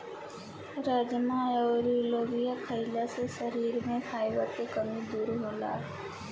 राजमा अउर लोबिया खईला से शरीर में फाइबर के कमी दूर होला